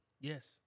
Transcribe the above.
Yes